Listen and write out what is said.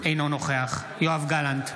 אינו נוכח יואב גלנט,